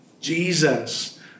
Jesus